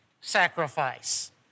sacrifice